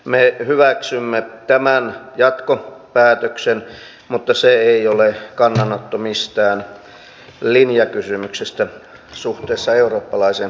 me hyväksymme tämän jatkopäätöksen mutta se ei ole kannanotto mistään linjakysymyksestä suhteessa eurooppalaiseen päätöksentekoon